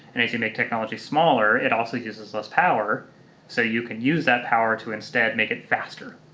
and as you make technology smaller, it also uses less power so you can use that power to instead make it faster,